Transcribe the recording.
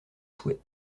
souhaite